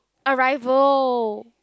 arrival